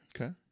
Okay